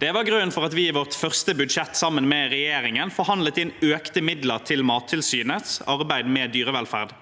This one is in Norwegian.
Det var grunnen til at vi i vårt første budsjett sammen med regjeringen forhandlet inn økte midler til Mattilsynets arbeid med dyrevelferd.